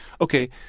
Okay